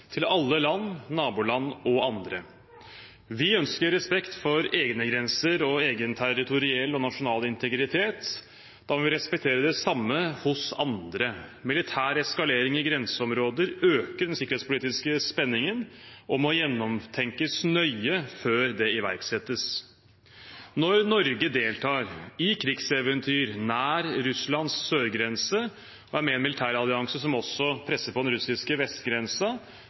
til alle land, naboland og andre. Vi ønsker respekt for egne grenser og egen territoriell og nasjonal integritet. Da må vi respektere det samme hos andre. Militær eskalering i grenseområder øker den sikkerhetspolitiske spenningen og må gjennomtenkes nøye før det iverksettes. Når Norge deltar i krigseventyr nær Russlands sørgrense, og er med i en militærallianse som også presser på den russiske